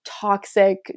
toxic